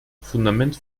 fundament